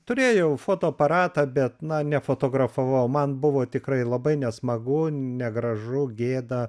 turėjau fotoaparatą bet na nefotografavau man buvo tikrai labai nesmagu negražu gėda